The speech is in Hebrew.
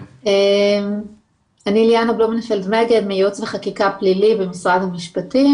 אני מייעוץ וחקיקה פלילי במשרד המשפטים